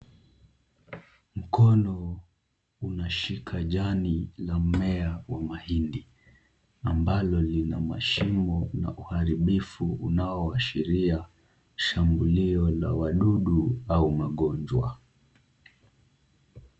Mkono unashika jani la mmea wa mahindi ambalo lina mashimo na uharibifu unaoashiria shambulio la wadudu au magonjwa.